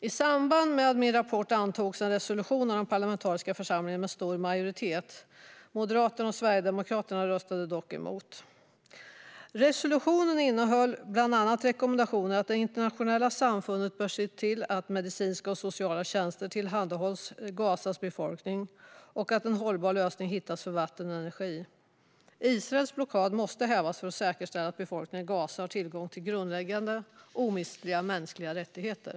I samband med min rapport antogs en resolution av den parlamentariska församlingen med stor majoritet. Moderaterna och Sverigedemokraterna röstade dock emot. Resolutionen innehöll bland annat rekommendationer om att det internationella samfundet bör se till att medicinska och sociala tjänster tillhandahålls Gazas befolkning och att en hållbar lösning hittas för vatten och energi. Israels blockad måste hävas för att säkerställa att befolkningen i Gaza har tillgång till grundläggande och omistliga mänskliga rättigheter.